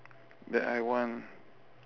that I want